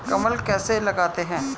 कलम कैसे लगाते हैं?